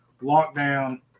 lockdown